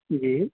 جی